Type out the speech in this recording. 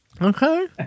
Okay